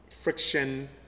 friction